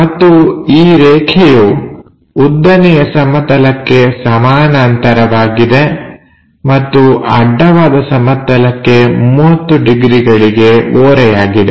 ಮತ್ತು ಈ ರೇಖೆಯು ಉದ್ದನೆಯ ಸಮತಲಕ್ಕೆ ಸಮಾನಾಂತರವಾಗಿದೆ ಮತ್ತು ಅಡ್ಡವಾದ ಸಮತಲಕ್ಕೆ 30 ಡಿಗ್ರಿಗಳಿಗೆ ಓರೆಯಾಗಿದೆ